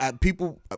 people